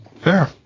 Fair